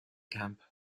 camp